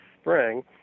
spring